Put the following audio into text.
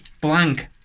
blank